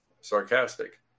sarcastic